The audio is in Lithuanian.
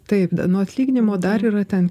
taip nuo atlyginimo dar yra ten